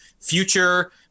future